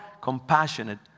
compassionate